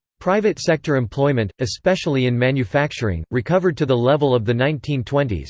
private sector employment, especially in manufacturing, recovered to the level of the nineteen twenty s,